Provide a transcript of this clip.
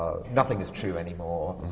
nothing is true any more,